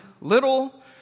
little